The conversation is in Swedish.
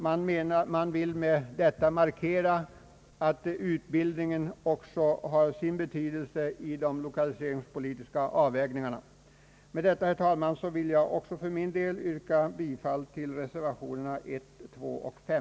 Därmed markeras att också utbildningen har sin betydelse vid de lokaliseringspolitiska bedömandena. Med det anförda, herr talman, vill jag också för min del yrka bifall till reservationerna 1, 2 och 5.